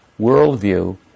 worldview